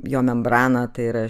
jo membrana tai yra